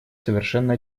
совершенно